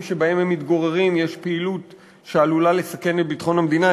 שבהם הם מתגוררים יש פעילות שעלולה לסכן את ביטחון המדינה,